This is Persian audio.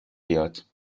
بیاد